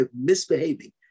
misbehaving